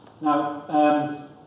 Now